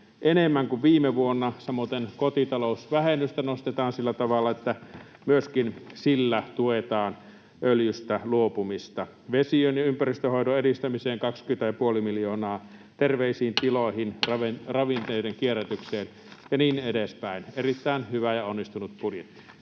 enemmän kuin viime vuonna. Samoiten kotitalousvähennystä nostetaan sillä tavalla, että myöskin sillä tuetaan öljystä luopumista. Vesien ja ympäristönhoidon edistämiseen 20,5 miljoonaa, terveisiin tiloihin, ravinteiden kierrätykseen ja niin edespäin. Erittäin hyvä ja onnistunut budjetti.